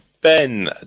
Ben